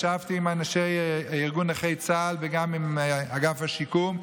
ישבתי עם ארגון נכי צה"ל וגם עם אגף השיקום,